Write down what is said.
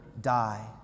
die